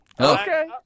Okay